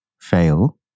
fail